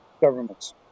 governments